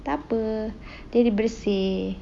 takpe dia dibersih